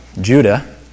Judah